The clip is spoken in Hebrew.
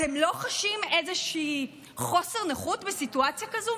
אתם לא חשים חוסר נוחות בסיטואציה כזאת?